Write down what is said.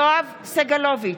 יואב סגלוביץ'